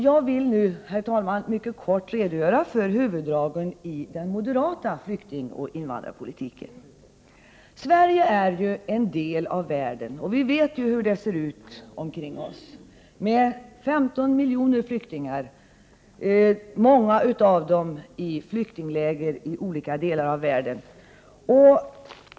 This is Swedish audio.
Jag vill nu, herr talman, mycket kortfattat redogöra för huvuddragen i den moderata flyktingoch invandrarpolitiken. Sverige är ju en del av världen, och vi vet hur det ser ut runt omkring oss. Det finns 15 miljoner flyktingar. Många av dem lever i flyktingläger i olika delar av världen.